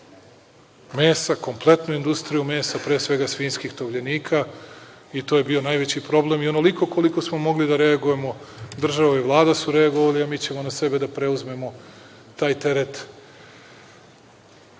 mesa, kompletnu industriju mesa, pre svega svinjskih tovljenika i to je bio najveći problem. Onoliko koliko smo mogli da reagujemo, država i Vlada su reagovale, a mi ćemo na sebe da preuzmemo taj teret